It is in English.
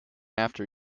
after